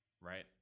right